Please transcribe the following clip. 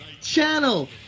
channel